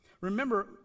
Remember